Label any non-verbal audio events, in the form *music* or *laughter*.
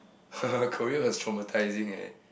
*laughs* Korea is traumatizing eh